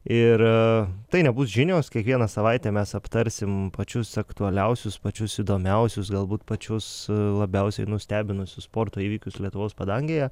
ir tai nebus žinios kiekvieną savaitę mes aptarsim pačius aktualiausius pačius įdomiausius galbūt pačius labiausiai nustebinusius sporto įvykius lietuvos padangėje